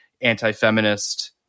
anti-feminist